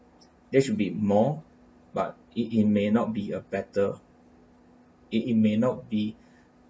they should be more but it it may not be a better it it may not be